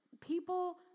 people